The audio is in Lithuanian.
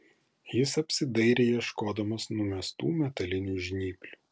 jis apsidairė ieškodamas numestų metalinių žnyplių